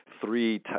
three